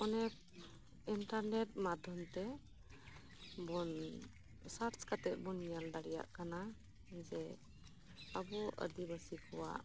ᱚᱱᱮ ᱤᱱᱴᱟᱨᱱᱮᱴ ᱢᱟᱫᱷᱭᱚᱢ ᱛᱮ ᱵᱚᱱ ᱥᱟᱨᱪ ᱠᱟᱛᱮ ᱵᱚᱱ ᱧᱮᱞ ᱫᱟᱲᱮᱭᱟᱜ ᱠᱟᱱᱟ ᱡᱮ ᱟᱵᱚ ᱟᱹᱫᱤᱵᱟᱹᱥᱤ ᱠᱚᱣᱟᱜ